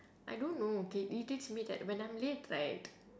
I don't know okay irritates me that when I'm late right